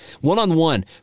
one-on-one